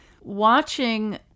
watching